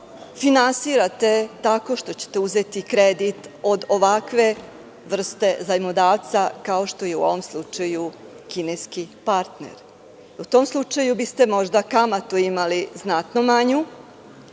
toka tako što ćete uzeti kredit od ovakve vrste zajmodavca kao što je u ovom slučaju kineski partner.U tom slučaju biste možda kamatu imali znatno manju